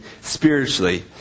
spiritually